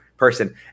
Person